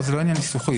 זה לא עניין ניסוחי.